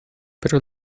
pero